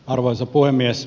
arvoisa puhemies